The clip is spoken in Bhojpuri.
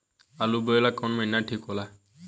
आलू बोए ला कवन महीना ठीक हो ला?